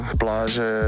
pláže